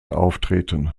auftreten